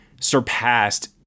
surpassed